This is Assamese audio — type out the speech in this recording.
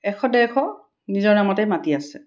এশ ডেৰশ নিজৰ নামতে মাটি আছে